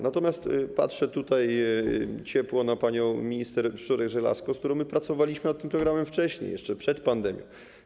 Natomiast patrzę tutaj ciepło na panią minister Szczurek-Żelazko, z którą pracowaliśmy nad tym programem wcześniej, jeszcze przed pandemią.